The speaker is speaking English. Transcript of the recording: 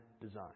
design